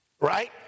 right